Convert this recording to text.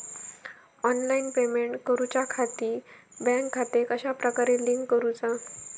Online payment करुच्याखाती bank खाते कश्या प्रकारे लिंक करुचा?